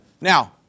Now